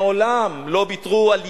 מעולם לא ויתרו על יבנה,